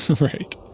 Right